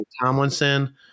Tomlinson